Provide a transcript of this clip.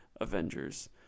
avengers